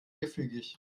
gefügig